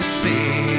see